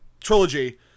Trilogy